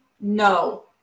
no